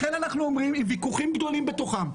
עם ויכוחים גדולים בתוכן.